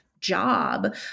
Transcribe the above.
job